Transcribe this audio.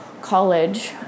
college